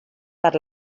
per